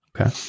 Okay